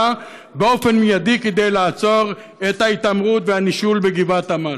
באופן מיידי כדי לעצור את ההתעמרות והנישול בגבעת עמל?